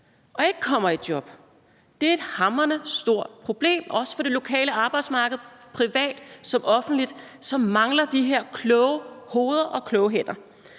og ikke kommer i job. Det er et hamrende stort problem også for det lokale arbejdsmarked, som – det gælder både privat som offentligt – mangler de her kloge hoveder og kloge hænder.